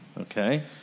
Okay